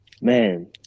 man